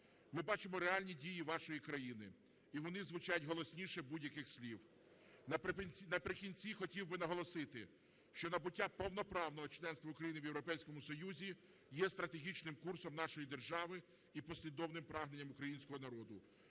Ми бачимо реальні дії вашої країни, і вони звучать голосніше будь-яких слів. Наприкінці хотів би наголосити, що набуття повноправного членства України в Європейському Союзі є стратегічним курсом нашої держави і послідовним прагненням українського народу.